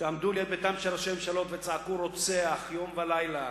שעמדו ליד ביתם של ראשי ממשלות וצעקו "רוצח" יום ולילה